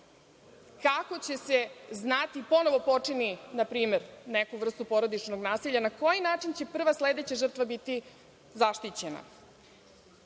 kako će se znati, ponovo počini, na primer, neku vrstu porodičnog nasilja, na koji način će prva sledeća žrtva biti